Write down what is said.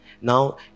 Now